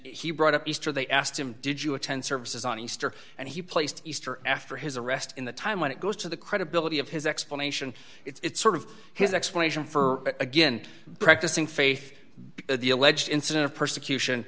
he brought up easter they asked him did you attend services on easter and he placed easter after his arrest in the time when it goes to the credibility of his explanation it's sort of his explanation for again practicing faith because of the alleged incident of persecution